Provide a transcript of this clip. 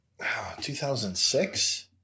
2006